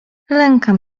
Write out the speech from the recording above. lękam